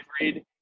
read